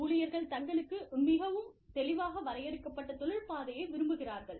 ஊழியர்கள் தங்களுக்கு மிகவும் தெளிவாக வரையறுக்கப்பட்ட தொழில் பாதையை விரும்புகிறார்கள்